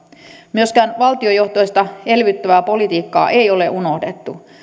myöskään valtiojohtoista elvyttävää politiikkaa ei ole unohdettu